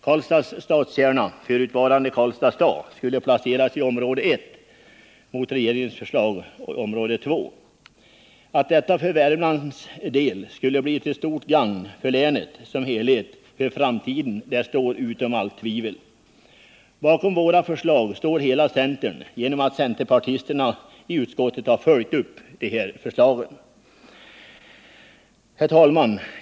Karlstads stadskärna — förutvarande Karlstads stad — skulle placeras i område 1 mot regeringens förslag om område 2. Att detta för Värmlands del skulle bli till stort gagn för länet som helhet för framtiden står utom allt tvivel. Bakom våra förslag står hela centern, genom att centerpartisterna i utskottet har följt upp detta förslag. Herr talman!